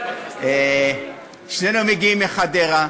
שנינו מגיעים מחדרה,